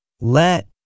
let